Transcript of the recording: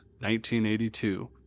1982